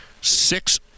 six